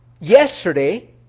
yesterday